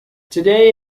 today